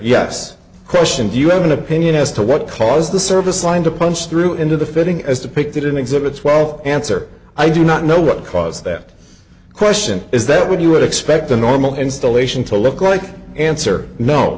yes question do you have an opinion as to what caused the service line to punch through into the fitting as depicted in exhibits well answer i do not know what caused that question is that would you expect a normal installation to look like answer no